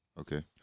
Okay